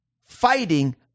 fighting